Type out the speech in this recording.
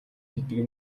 гэдэг